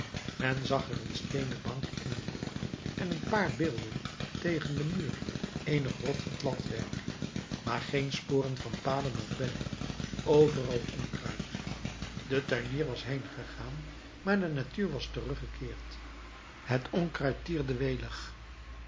men zag er een steenen bank in een hoek en een paar beelden tegen den muur eenig rottend latwerk maar geen sporen van paden of bedden overal onkruid de tuinier was heengegaan maar de natuur was teruggekeerd het onkruid tierde welig